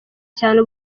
cyane